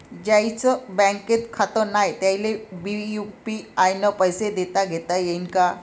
ज्याईचं बँकेत खातं नाय त्याईले बी यू.पी.आय न पैसे देताघेता येईन काय?